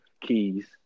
keys